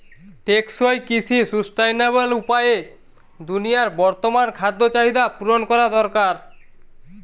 টেকসই কৃষি সুস্টাইনাবল উপায়ে দুনিয়ার বর্তমান খাদ্য চাহিদা পূরণ করা দরকার